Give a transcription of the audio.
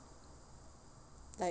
like